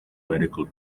radical